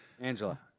Angela